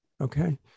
Okay